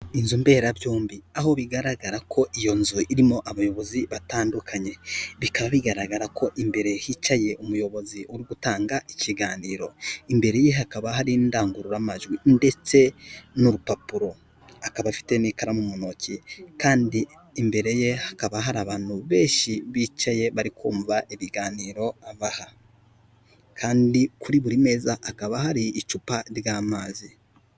Inzu mberabyombi. Aho bigaragara ko iyo nzu irimo abayobozi batandukanye. Bikaba bigaragara ko imbere hicaye umuyobozi uri gutanga ikiganiro. Imbere ye hakaba hari indangururamajwi ndetse n'urupapuro. Akaba afite n'ikaramu mu ntoki kandi imbere ye hakaba hari abantu benshi bicaye bari kumva ibiganiro abaha kandi kuri buri meza, hakaba hari icupa ry'amazi.